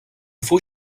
faux